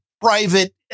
private